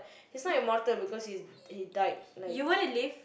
he's not immortal because he died like